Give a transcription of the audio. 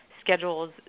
schedules